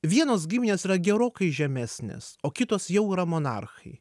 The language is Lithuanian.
vienos giminės yra gerokai žemesnės o kitos jau yra monarchai